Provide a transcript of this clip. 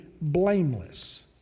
blameless